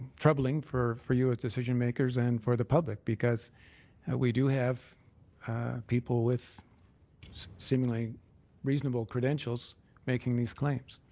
troubling for for you as decisionmakers and for the public, because we do have people with seemingly reasonable credentials making these claims.